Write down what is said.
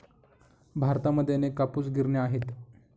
भारतामध्ये अनेक कापूस गिरण्या आहेत